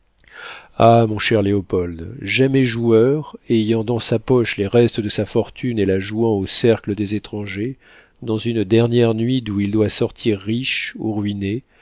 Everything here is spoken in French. ah mon cher léopold jamais joueur ayant dans sa poche les restes de sa fortune et la jouant au cercle des etrangers dans une dernière nuit d'où il doit sortir riche ou ruiné